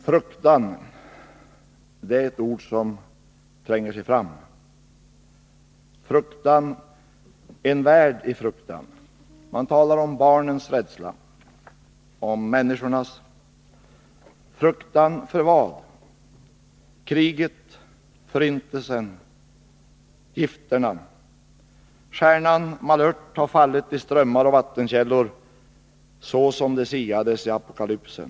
Fruktan är ett ord som tränger sig fram. Man talar om en värld i fruktan, om barnens rädsla och om människornas. Fruktan för vad? För kriget, förintelsen och gifterna. Stjärnan Malört har fallit i strömmar och vattenkällor, såsom det siades i Apokalypsen.